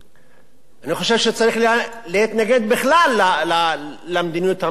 אני חושב שצריך להתנגד בכלל למדיניות הממשלה בנושא הזה,